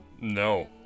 No